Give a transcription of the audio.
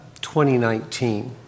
2019